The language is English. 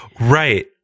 Right